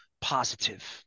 positive